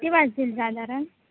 ती वाजतील साधारण